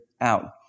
out